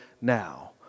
now